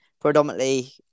predominantly